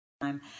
time